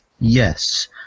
Yes